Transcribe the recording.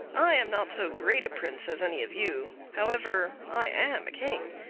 i am not so great a prince as any of you however, i am a king.